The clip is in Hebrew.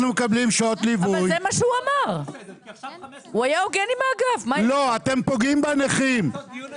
יש פה נכים שנפגעים, ואנחנו חלק מהנכים שנפגעים.